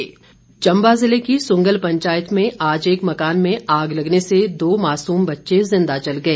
अग्निकांड चंबा ज़िले की सुंगल पंचायत में आज एक मकान में आग लगने से दो मासूम बच्चे जिंदा जल गए